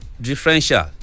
differential